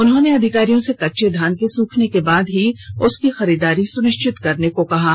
उन्होंने अधिकारियों से कच्चे धान के सूखने के बाद ही उसकी खरीदारी सुनिश्चित करने को कहा है